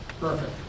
Perfect